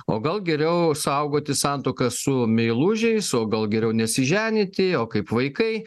o gal geriau saugoti santuoką su meilužiais o gal geriau nesiženyti o kaip vaikai